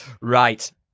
Right